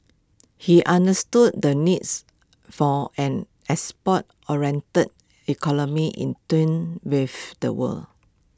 he understood the needs for an export oriented economy in tune with the world